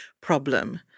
problem